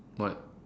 what